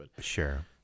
Sure